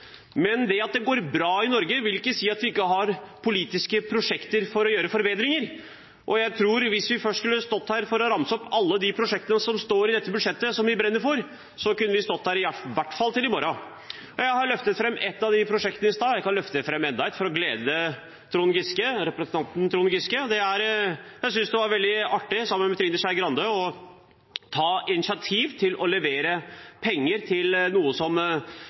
Men det at det går bra i Norge, vil ikke si at vi ikke har politiske prosjekter for å gjøre forbedringer. Jeg tror at hvis vi først skulle stått her og ramset opp alle de prosjektene som det står om i dette budsjettet, som vi brenner for, kunne vi stått her i hvert fall til i morgen. Jeg løftet fram ett av disse prosjektene i stad, og jeg kan løfte fram enda et for å glede representanten Trond Giske. Jeg synes det var veldig artig, sammen med Trine Skei Grande, å ta initiativ til å bevilge penger til noe som